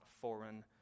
foreign